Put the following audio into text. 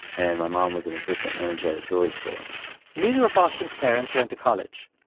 and my mom was an assistant manager at a jewelry store neither of austin's parents went to college.